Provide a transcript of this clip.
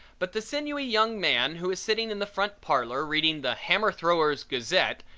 but the sinewy young man who is sitting in the front parlor reading the hammer thrower's gazette,